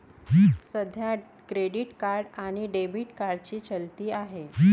सध्या credit card आणि debit कार्डची चलती आहे